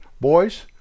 boys